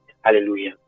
Hallelujah